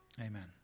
Amen